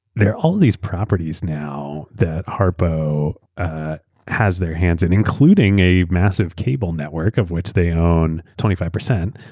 there are all these properties now that harpo ah has their hands and including a massive cable network of which they own twenty five percent.